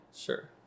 Sure